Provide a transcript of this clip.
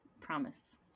Promise